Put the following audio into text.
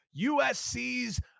USC's